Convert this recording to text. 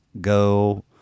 go